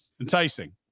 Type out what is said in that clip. Enticing